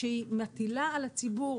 שהיא מטילה על הציבור,